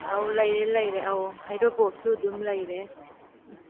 ꯑꯧ ꯂꯩꯔꯦ ꯂꯩꯔꯦ ꯑꯧ ꯍꯔꯤꯕꯣꯞꯁꯨ ꯑꯗꯨꯝ ꯂꯩꯔꯦ